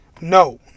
No